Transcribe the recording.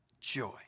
Joy